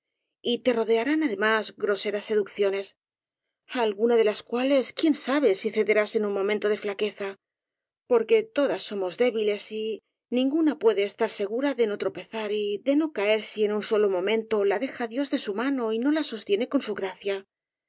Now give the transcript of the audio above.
y te rodearán además groseras seducciones á alguna de las cua les quién sabe si cederás en un momento de fla queza porque todas somos débiles y ninguna pue de estar segura de no tropezar y de no caer si en un solo momento la deja dios de su mano y no la sostiene con su gracia